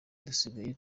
dusigaye